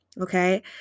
Okay